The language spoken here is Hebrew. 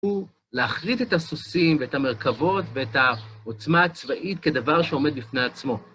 הוא להחריג את הסוסים ואת המרכבות ואת העוצמה הצבאית כדבר שעומד בפני עצמו.